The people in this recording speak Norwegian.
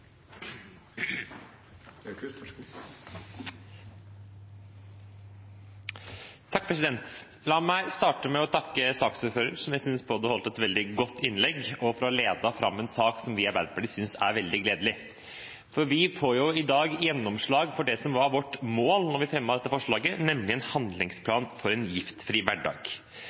La meg starte med å takke saksordføreren, som jeg synes holdt et veldig godt innlegg, og som har ledet fram en sak vi i Arbeiderpartiet synes er veldig gledelig. Vi får jo i dag gjennomslag for det som var vårt mål da vi fremmet dette forslaget, nemlig en